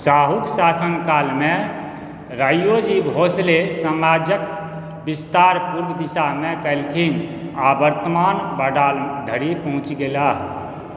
शाहूके शासनकालमे राइयोजी भोसले समाजके विस्तार पूर्व दिशामे केलखिन आओर वर्तमान बङ्गाल धरि पहुँच गेलाह